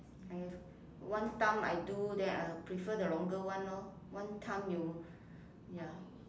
I have one time I do then I prefer the longer one lor one time you ya